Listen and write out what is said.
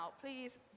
please